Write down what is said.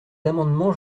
amendements